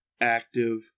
active